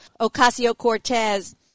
Ocasio-Cortez